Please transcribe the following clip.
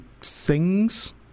sings